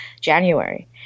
January